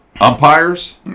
Umpires